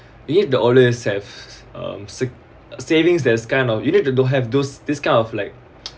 if there always have um sav~ savings there's kind of you need to to have those this kind of like